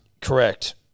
Correct